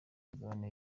migabane